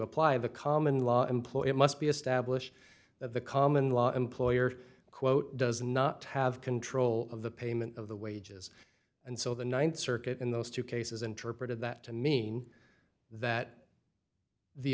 apply the common law employee it must be established that the common law employer quote does not have control of the payment of the wages and so the th circuit in those two cases interpreted that to mean that the